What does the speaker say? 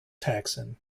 taxon